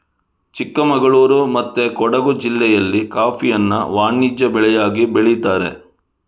ಚಿಕ್ಕಮಗಳೂರು ಮತ್ತೆ ಕೊಡುಗು ಜಿಲ್ಲೆಯಲ್ಲಿ ಕಾಫಿಯನ್ನ ವಾಣಿಜ್ಯ ಬೆಳೆಯಾಗಿ ಬೆಳೀತಾರೆ